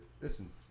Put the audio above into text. Listen